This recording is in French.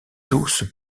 douce